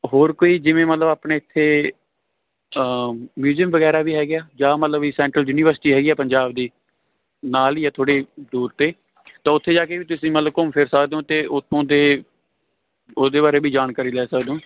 ਹੋਰ ਕੋਈ ਜਿਵੇਂ ਮਤਲਬ ਆਪਣੇ ਇੱਥੇ ਮਿਊਜਮ ਵਗੈਰਾ ਵੀ ਹੈਗੇ ਆ ਜਾਂ ਮਤਲਬ ਵੀ ਸੈਂਟਰਲ ਯੂਨੀਵਰਸਿਟੀ ਹੈਗੀ ਆ ਪੰਜਾਬ ਦੀ ਨਾਲ ਹੀ ਆ ਥੋੜ੍ਹੀ ਦੂਰ 'ਤੇ ਤਾਂ ਉੱਥੇ ਜਾ ਕੇ ਤੁਸੀਂ ਮੰਨ ਲਓ ਘੁੰਮ ਫਿਰ ਸਕਦੇ ਹੋ ਅਤੇ ਉੱਥੋਂ ਦੇ ਉਹਦੇ ਬਾਰੇ ਵੀ ਜਾਣਕਾਰੀ ਲੈ ਸਕਦੇ ਹੋ